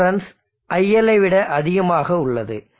iLref iL ஐ விட அதிகமாக உள்ளது